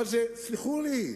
אבל תסלחו לי,